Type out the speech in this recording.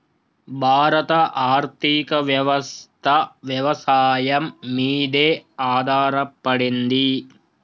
భారత ఆర్థికవ్యవస్ఠ వ్యవసాయం మీదే ఆధారపడింది